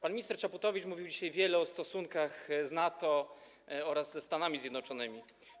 Pan minister Czaputowicz mówił dzisiaj wiele o stosunkach z NATO oraz ze Stanami Zjednoczonymi.